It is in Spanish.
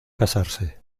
casarse